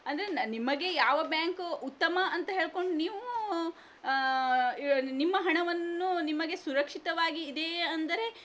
ಅಂದರೆ ನಿಮಗೆ ಯಾವ ಬ್ಯಾಂಕು ಉತ್ತಮ ಅಂತ ಹೇಳ್ಕೊಂಡು ನೀವೂ ನಿಮ್ಮ ಹಣವನ್ನು ನಿಮಗೆ ಸುರಕ್ಷಿತವಾಗಿ ಇದೆಯೇ ಅಂದರೆ